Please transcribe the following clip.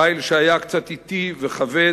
חיל שהיה קצת אטי וכבד,